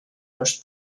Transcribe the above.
los